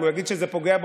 אם הוא יגיד שזה פוגע בו,